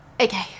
Okay